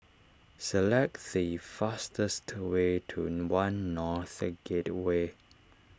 select the fastest to way to one North Gateway